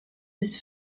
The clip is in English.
was